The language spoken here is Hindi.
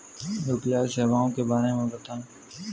यू.पी.आई सेवाओं के बारे में बताएँ?